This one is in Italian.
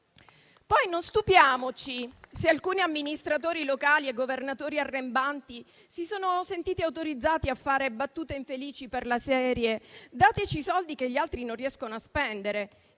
Poi non stupiamoci se alcuni amministratori locali e governatori arrembanti si sono sentiti autorizzati a fare battute infelici, per la serie: dateci i soldi che gli altri non riescono a spendere.